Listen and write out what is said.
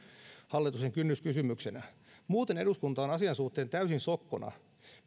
hallituksen kynnyskysymyksenä muuten eduskunta on asian suhteen täysin sokkona